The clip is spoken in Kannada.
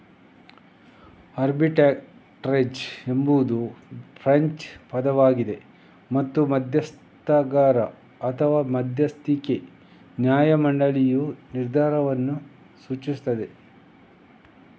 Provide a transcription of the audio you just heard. ಆರ್ಬಿಟ್ರೇಜ್ ಎಂಬುದು ಫ್ರೆಂಚ್ ಪದವಾಗಿದೆ ಮತ್ತು ಮಧ್ಯಸ್ಥಗಾರ ಅಥವಾ ಮಧ್ಯಸ್ಥಿಕೆ ನ್ಯಾಯ ಮಂಡಳಿಯ ನಿರ್ಧಾರವನ್ನು ಸೂಚಿಸುತ್ತದೆ